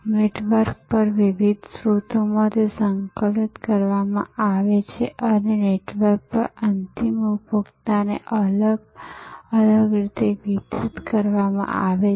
network પર વિવિધ સ્ત્રોતોમાંથી સંકલિત કરવામાં આવે છે અને નેટવર્ક પર અંતિમ ઉપભોક્તાને અલગ અલગ રીતે વિતરિત કરવામાં આવે છે